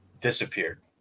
disappeared